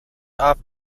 off